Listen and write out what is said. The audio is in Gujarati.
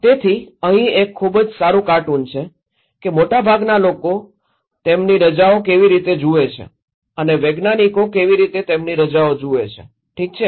તેથી અહીં એક ખૂબ જ સારું કાર્ટૂન છે કે મોટાભાગના લોકો તેમની રજાઓ કેવી રીતે જુએ છે અને વૈજ્ઞાનિકો કેવી રીતે તેમની રજાઓને જુએ છે ઠીક છે